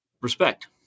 Respect